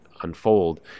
unfold